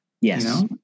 Yes